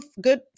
good